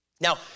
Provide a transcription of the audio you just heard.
Now